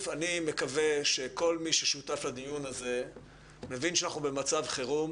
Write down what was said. אני מקווה שכל מי ששותף לדיון הזה מבין שאנחנו במצב חירום